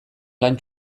lan